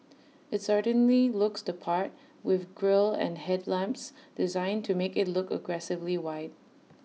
IT certainly looks the part with grille and headlamps designed to make IT look aggressively wide